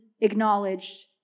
acknowledged